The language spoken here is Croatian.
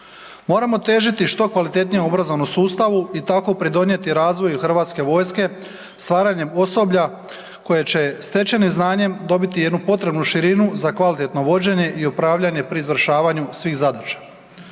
Moramo težiti što kvalitetnijem obrazovnom sustavu i tako pridonijeti razvoju HV-u stvaranjem osoblja koje će stečenim znanjem dobiti jednu potrebnu širinu za kvalitetno vođenje i upravljanje pri izvršavanju svih zadaća.